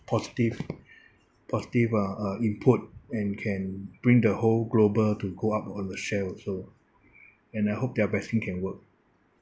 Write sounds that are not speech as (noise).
positive (breath) positive uh uh input and can bring the whole global to go up on the share also and I hope that vaccine can work